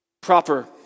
proper